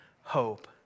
hope